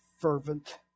fervent